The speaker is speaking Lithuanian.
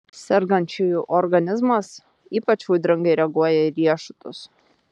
sergančiųjų organizmas ypač audringai reaguoja į riešutus